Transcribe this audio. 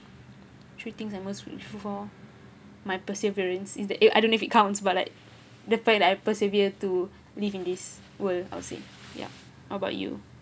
three things I'm most grateful for my perseverance is that eh I don't know if it counts but like the fact that I persevere to live in this world I would say yeah how about you